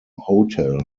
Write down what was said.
hotel